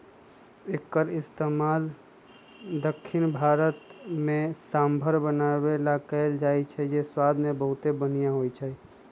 एक्कर इस्तेमाल दख्खिन भारत में सांभर बनावे ला कएल जाई छई जे स्वाद मे बहुते बनिहा होई छई